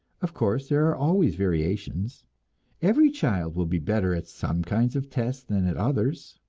of course there are always variations every child will be better at some kinds of tests than at others.